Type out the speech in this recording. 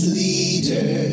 leader